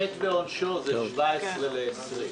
החטא ועונשו זה 2017 ל-2020.